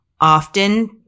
often